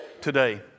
Today